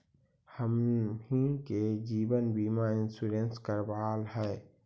हमनहि के जिवन बिमा इंश्योरेंस करावल है?